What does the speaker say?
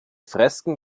fresken